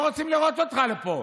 לא רוצים לראות אותך פה.